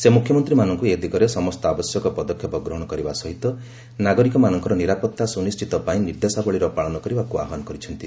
ସେ ମୁଖ୍ୟମନ୍ତ୍ରୀମାନଙ୍କୁ ଏ ଦିଗରେ ସମସ୍ତ ଆବଶ୍ୟକ ପଦକ୍ଷେପ ଗ୍ରହଣ କରିବା ସହିତ ନାଗରିକମାନଙ୍କର ନିରାପତ୍ତା ସୁନିଶ୍ଚିତ ପାଇଁ ନିର୍ଦ୍ଦେଶାବଳୀର ପାଳନ କରିବାକୁ ଆହ୍ବାନ କରିଛନ୍ତି